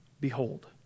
Behold